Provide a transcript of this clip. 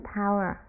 power